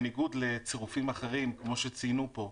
בניגוד לצירופים אחרים כמו שציינו פה,